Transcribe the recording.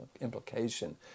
implication